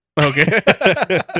Okay